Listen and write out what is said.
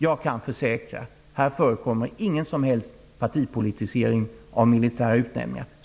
Jag kan försäkra: Här förekommer ingen som helst partipolitisering av militära utnämningar.